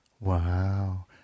Wow